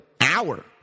hour